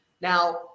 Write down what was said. Now